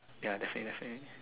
ya definitely definitely